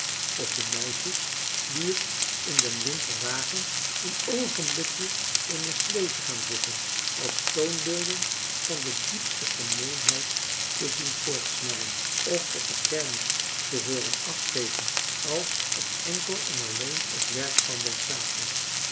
of de meisjes die het in den winter wagen een françois haverschmidt familie en kennissen oogenblikje in een slee te gaan zitten als toonbeelden van de diepste gemeenheid te zien voorstellen of op de kermis te horen afgeven als op enkel en alleen het werk van den satan